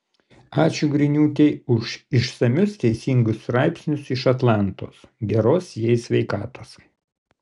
ačiū griniūtei už išsamius teisingus straipsnius iš atlantos geros jai sveikatos